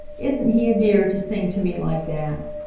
isn't he a dear to sing to me like that?